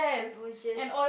it was just